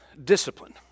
discipline